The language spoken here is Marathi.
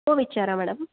हो विचारा मॅडम